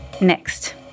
Next